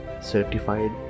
Certified